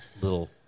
Little